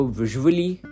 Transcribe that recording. visually